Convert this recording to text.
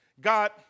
God